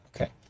Okay